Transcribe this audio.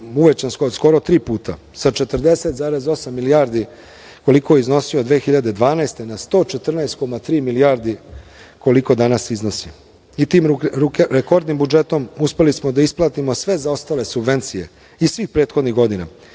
uvećan za skoro tri puta, sa 40,8 milijardi, koliko je iznosio 2012. godine, na 114,3 milijarde, koliko danas iznosi. Tim rekordnim budžetom uspeli smo da isplatimo sve zaostale subvencije iz svih prethodnih godina,